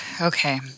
okay